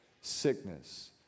sickness